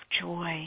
joy